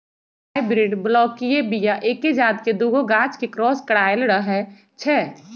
hybrid बलौकीय बीया एके जात के दुगो गाछ के क्रॉस कराएल रहै छै